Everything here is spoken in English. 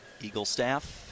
Eaglestaff